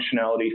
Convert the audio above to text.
functionality